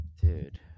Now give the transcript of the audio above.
Dude